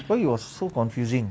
why it was so confusing